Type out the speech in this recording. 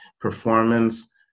performance